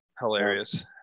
Hilarious